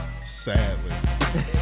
Sadly